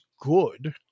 good